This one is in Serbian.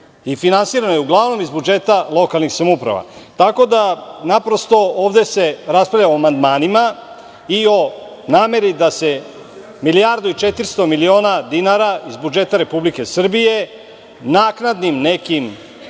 finansirano je uglavnom iz budžeta lokalnih samouprava. Ovde se raspravlja o amandmanima i o nameri da se milijardu i 400 miliona dinara iz budžeta Republike Srbije naknadnim nekim